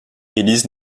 élise